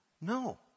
No